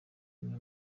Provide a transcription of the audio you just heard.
imwe